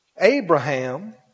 Abraham